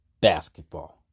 basketball